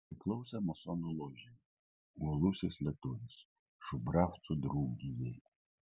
priklausė masonų ložei uolusis lietuvis šubravcų draugijai